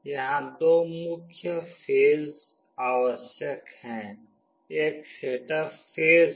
यहां दो मुख्य फेज आवश्यक हैं एक सेटअप फेज है